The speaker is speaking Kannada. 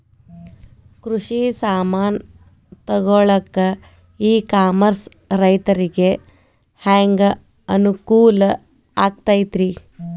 ಕೃಷಿ ಸಾಮಾನ್ ತಗೊಳಕ್ಕ ಇ ಕಾಮರ್ಸ್ ರೈತರಿಗೆ ಹ್ಯಾಂಗ್ ಅನುಕೂಲ ಆಕ್ಕೈತ್ರಿ?